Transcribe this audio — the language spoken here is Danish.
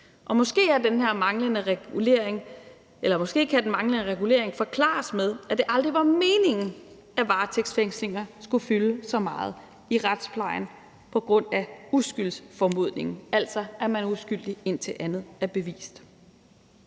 Måske kan den manglende regulering forklares med, at det aldrig var meningen, at varetægtsfængslinger skulle fylde så meget i retsplejen på grund af uskyldsformodningen, altså at man er uskyldig, indtil andet er bevist.